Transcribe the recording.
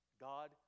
God